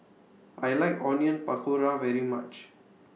I like Onion Pakora very much